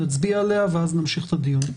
נצביע עליה ואז נמשיך את הדיון.